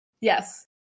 Yes